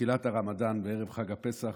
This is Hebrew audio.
בתחילת הרמדאן וערב חג הפסח,